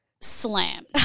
slammed